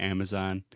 Amazon